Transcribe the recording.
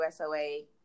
USOA